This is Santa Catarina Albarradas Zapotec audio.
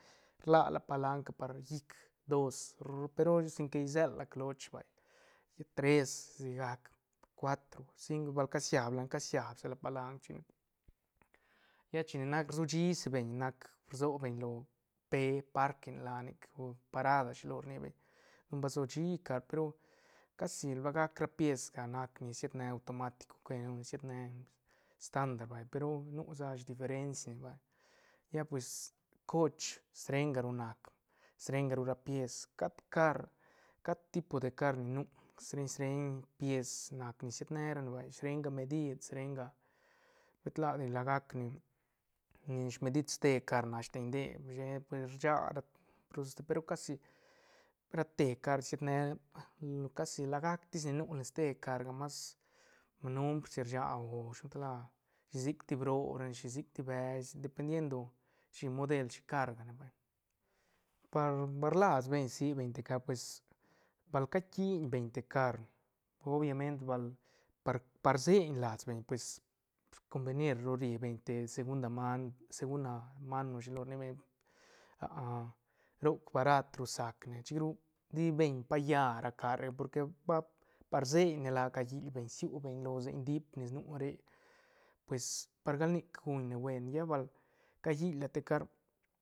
Rla la palanga par llic dos ru pe ru sin que isela cloch vay lla tres sigac cuatro cinco bal casaib- casiab sa la palanc chic ne lla chine nac rsushi si beñ nac rbo beñ lo pe parkin la nic o parada shi lo rni beñ don ba sua shi car pe ru casi la gac ra piesga nac ni sied ne automatico que lo ni sied ne estandar vay pe ru nu sa diferenci ne vay lla pues coch srenga ru nac srenga ru ra pies cat- cat car cat tipo de car ni nu sren- sren pies nac ni siet ne ra ne vay srenga medid srenga set ladi la gac ni- ni sme did ste car nac steñ de she ta per rsha pe ru casi ra te car siet ne casi la gac tis ni nu len ste carga mas numbri rsha o shi lo gan tal la shisic ti broob ra ne shisic ti bech dependiendo shi model shi car gane vay par bal rlas beñ rsibeñ te car pues bal caquin beñ te car obvimante bal par- par seiñ las beñ pues combenir ri beñ te segunda man segunda mano shi lo rni beñ roc barat ru sac ne chuc ru ti beñ pa lla ra carre porque va par seiñ ne la callil beñ rsiu beñ lo seiñ diip ni nu re pues par gal nic guñne buen lla bal cayil la te car.